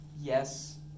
Yes